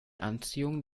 anziehung